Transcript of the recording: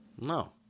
No